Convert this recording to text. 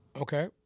Okay